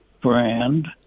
brand